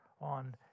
on